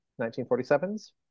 1947's